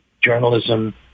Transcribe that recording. journalism